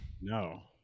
No